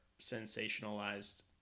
sensationalized